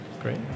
great